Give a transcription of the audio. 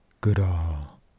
Goodall